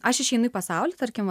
aš išeinu į pasaulį tarkim